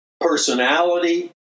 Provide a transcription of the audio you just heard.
personality